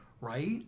Right